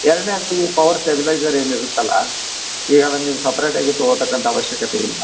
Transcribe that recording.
ಎರ್ಡ್ನೆದು ಈ power stabiliser ಏನು ಇರುತ್ತಲ್ಲಾ ಈಗ ಅದನ್ನ ನೀವು ಸಪ್ರೇಟಾಗಿ ತಗೋತಕ್ಕಂಥ ಆವಶ್ಯಕತೆ ಇಲ್ಲ